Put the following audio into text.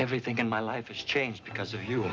everything in my life has changed because of you